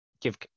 give